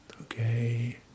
okay